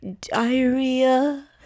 diarrhea